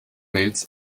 mails